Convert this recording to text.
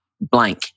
blank